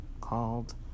called